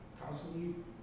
constantly